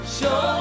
show